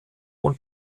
und